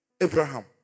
Abraham